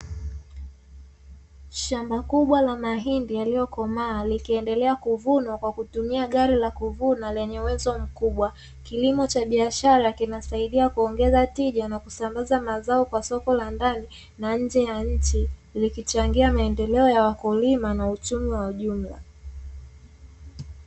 Shamba kubwa la mahindi yaliyokomaa likiendelea kuvunwa kwa kutumia gari la kunuvunia lenye uwezo mkubwa, kilimo cha biashara kinasaidia kuongeza tija na kusambaza mazao kwa soko la Ndani na nje, ya nchi likichangia maendeleo ya wakulima na uchumi kwa ujumla.